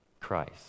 Christ